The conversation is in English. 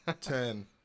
ten